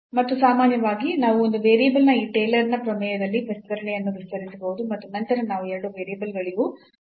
ಮತ್ತು ಸಾಮಾನ್ಯವಾಗಿ ನಾವು ಒಂದು ವೇರಿಯಬಲ್ನ ಈ ಟೇಲರ್ನ ಪ್ರಮೇಯದಲ್ಲಿ ವಿಸ್ತರಣೆಯನ್ನು ವಿಸ್ತರಿಸಬಹುದು ಮತ್ತು ನಂತರ ನಾವು ಎರಡು ವೇರಿಯಬಲ್ಗಳಿಗೂ ಹೊಂದಬಹುದು